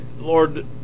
Lord